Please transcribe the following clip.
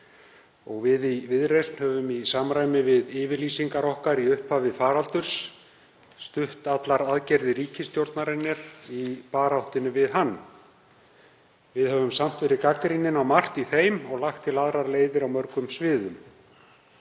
Við í Viðreisn höfum, í samræmi við yfirlýsingar okkar í upphafi faraldurs, stutt allar aðgerðir ríkisstjórnarinnar í baráttunni við hann. Við höfum samt verið gagnrýnin á margt í þeim aðgerðum og lagt til aðrar leiðir á mörgum sviðum